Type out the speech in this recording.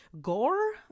gore